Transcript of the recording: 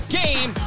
game